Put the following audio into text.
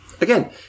Again